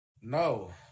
No